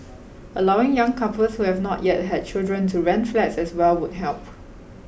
allowing young couples who have not yet had children to rent flats as well would help